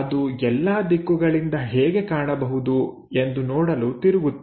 ಅದು ಎಲ್ಲಾ ದಿಕ್ಕುಗಳಿಂದ ಹೇಗೆ ಕಾಣಬಹುದು ಎಂದು ನೋಡಲು ತಿರುಗುತ್ತೇವೆ